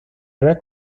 red